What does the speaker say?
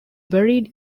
buried